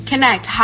Connect